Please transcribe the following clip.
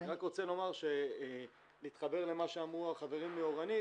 אני רק רוצה להתחבר למה שאמרו החברים מאורנית